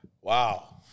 Wow